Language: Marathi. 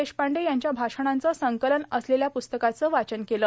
देशपांडे यांच्या भाषणांचे संकलन असलेल्या प्स्तकाच वाचन केल